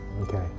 Okay